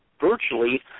virtually